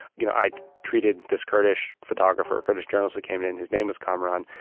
you know, i treated this kurdish photographer kurdish journalist who came in. his name was kamaran.